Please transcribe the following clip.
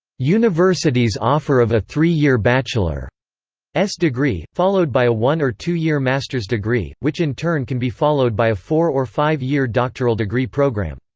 universities offer of a three-year bachelor's degree, followed by a one or two year master's degree, which in turn can be followed by a four or five-year doctoral degree program.